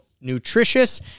nutritious